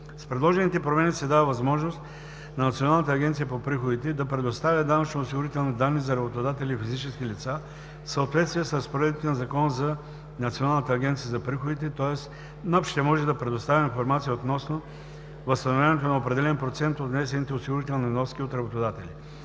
С предложените промени се дава възможност на Националната агенция по приходите да предоставя данъчно-осигурителни данни за работодатели и физически лица в съответствие с разпоредбите на Закона за националната агенция за приходите, тоест НАП ще може да предоставя информация относно възстановяването на определен процент от внесените осигурителни вноски от работодатели.